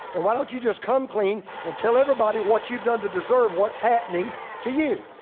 and why don't you just come clean and tell everybody what you've done to deserve what's happening to you?